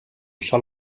sol